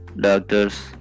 doctors